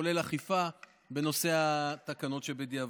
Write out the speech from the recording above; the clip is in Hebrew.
כולל האכיפה בנושא התקנות שבדיעבד.